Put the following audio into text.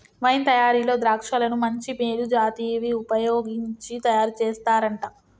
wine తయారీలో ద్రాక్షలను మంచి మేలు జాతివి వుపయోగించి తయారు చేస్తారంట